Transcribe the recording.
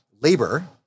labor